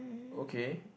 okay